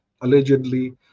allegedly